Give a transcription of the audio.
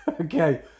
okay